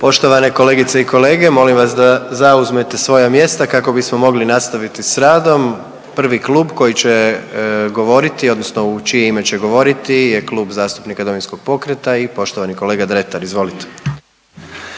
Poštovane kolegice i kolege molim vas da zauzmete svoja mjesta kako bismo mogli nastaviti s radom. Prvi klub koji će govoriti odnosno u čije ime će govoriti je Klub zastupnika Domovinskog pokreta i poštovani kolega Dretar. Izvolite.